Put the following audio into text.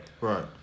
Right